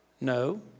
No